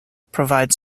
provide